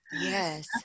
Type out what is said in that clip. yes